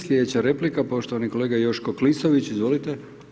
Slijedeća replika poštovani kolega Joško Klisović, izvolite.